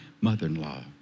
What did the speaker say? mother-in-law